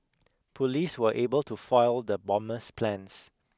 police were able to foil the bomber's plans